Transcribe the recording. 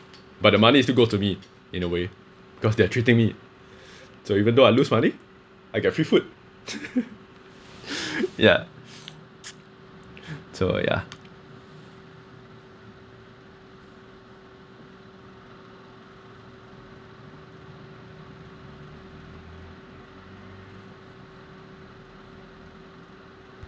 but the money is still go to me in a way because they're treating me so even though I lose money I got free food ya so yeah